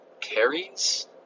carries